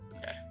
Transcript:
Okay